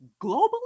globally